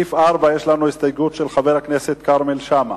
לסעיף 4 יש לנו הסתייגות של חבר הכנסת כרמל שאמה.